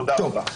תודה רבה.